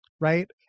Right